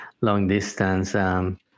long-distance